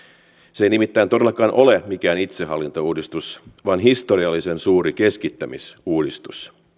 se ei nimittäin todellakaan ole mikään itsehallintouudistus vaan historiallisen suuri keskittämisuudistus